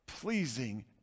pleasing